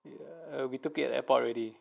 uh we took at the airport already